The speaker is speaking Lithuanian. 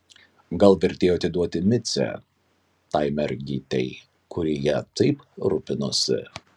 gal vertėjo atiduoti micę tai mergytei kuri ja taip rūpinosi